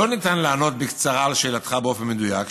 לא ניתן לענות בקצרה על שאלתך באופן מדויק,